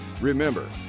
remember